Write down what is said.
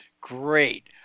Great